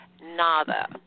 nada